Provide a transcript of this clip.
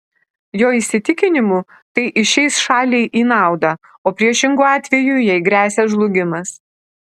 jo įsitikinimu tai išeis šaliai į naudą o priešingu atveju jai gresia žlugimas